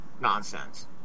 nonsense